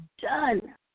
done